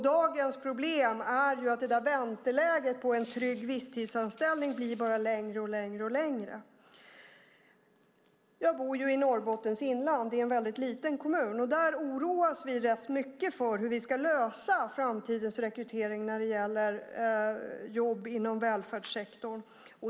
Dagens problem är att det där vänteläget, väntan på en trygg visstidsanställning, bara blir längre och längre och längre. Jag bor i Norrbottens inland i en väldigt liten kommun. Där oroar vi oss rätt mycket för hur vi ska lösa framtidens rekrytering när det gäller jobb inom välfärdssektorn.